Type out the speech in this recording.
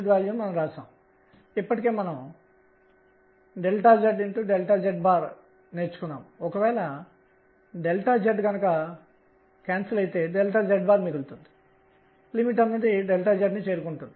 బలం కేంద్రం L గా నిత్యత్వం గా ఉంటుంది